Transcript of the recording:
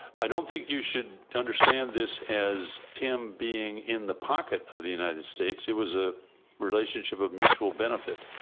i don't think you should understand this as him being in the pocket of the united states. it was a relationship of mutual benefit.